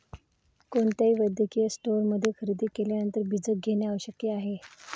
कोणत्याही वैद्यकीय स्टोअरमध्ये खरेदी केल्यानंतर बीजक घेणे आवश्यक आहे